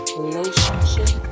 relationship